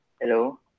Hello